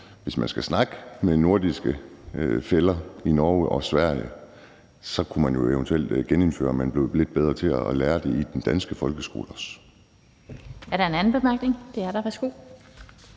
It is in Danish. hvis man skal snakke med nordiske fæller i Norge og Sverige, så kunne vi jo eventuelt genindføre, at man blev lidt bedre til at lære det i den danske folkeskole. Kl.